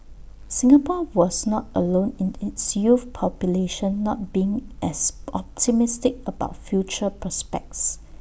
Singapore was not alone in its youth population not being as optimistic about future prospects